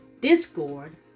discord